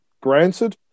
granted